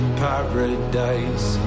paradise